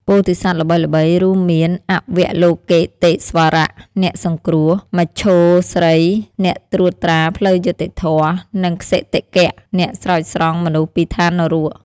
ពោធិសត្វល្បីៗរួមមាន អវលោកិតេស្វរៈ (អ្នកសង្គ្រោះ) មញ្ជូស្រី (អ្នកត្រួតត្រាផ្លូវយុត្តិធម៌) និង ក្សិតិគត៌ (អ្នកស្រោចស្រង់មនុស្សពីឋាននរក)។